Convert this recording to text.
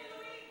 מיכל בירן,